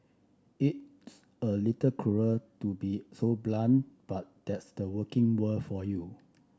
it's a little cruel to be so blunt but that's the working world for you